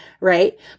right